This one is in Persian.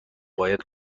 باید